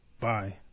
Bye